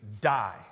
die